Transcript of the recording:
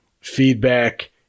feedback